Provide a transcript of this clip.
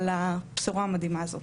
על הבשורה המדהימה הזאת.